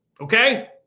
okay